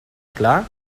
clar